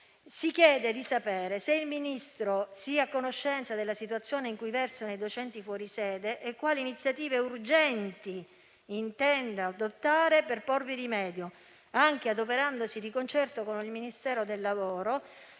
si chiede di sapere se il Ministro in indirizzo sia a conoscenza della situazione in cui versano i docenti fuori sede e quali iniziative urgenti intenda adottare per porvi rimedio, anche adoperandosi di concerto con il Ministro del lavoro